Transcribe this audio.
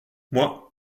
moi